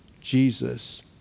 Jesus